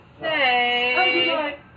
say